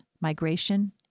migration